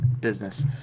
business